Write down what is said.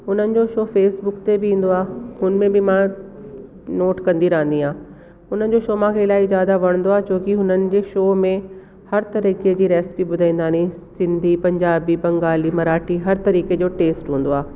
हुननि जो show Facebook ते बि ईंदो आहे हुन में बि मां नोट कंदी रहंदी आहियां उन्हनि जो शो मूंखे इलाही ज़्यादा वणंदो आहे छोकी हुननि जे शो में हर तरीक़े जी रेसिपी ॿुधाईंदा आहिनि सिंधी पंजाबी बंगाली मराठी हर तरीक़े जो टेस्ट हूंदो आहे